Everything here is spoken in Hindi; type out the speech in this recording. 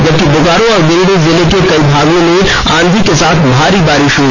जबकि बोकारो और गिरिडीह जिले के कई भागों में आंधी के साथ भारी बारिश हुई